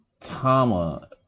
Tama